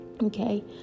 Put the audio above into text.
okay